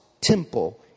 temple